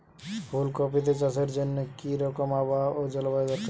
ফুল কপিতে চাষের জন্য কি রকম আবহাওয়া ও জলবায়ু দরকার?